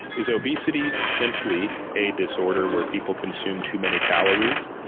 is obesity simply a disorder where people consume too many calories,